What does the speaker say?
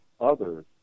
others